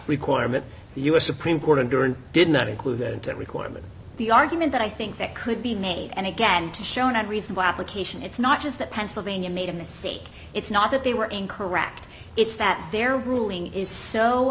requirement the u s supreme court and during did not include that record but the argument that i think that could be made and again to shown a reason why application it's not just that pennsylvania made a mistake it's not that they were incorrect it's that their ruling is so